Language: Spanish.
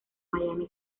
miami